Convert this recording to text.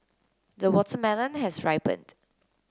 the watermelon has ripened